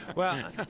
well,